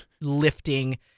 lifting